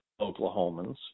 Oklahomans